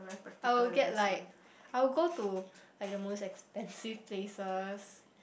I will get like I will go to like the most expensive places